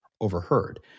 overheard